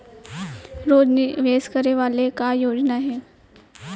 रोज निवेश करे वाला का योजना हे?